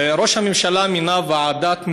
ראש הממשלה מינה ועדת משילות.